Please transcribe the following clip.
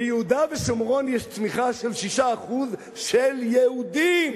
ביהודה ושומרון יש צמיחה של 6% של יהודים,